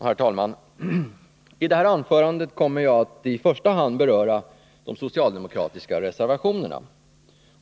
Herr talman! I det här anförandet kommer jag att i första hand beröra de socialdemokratiska reservationerna.